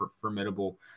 formidable